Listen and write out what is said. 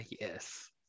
yes